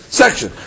section